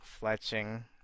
Fletching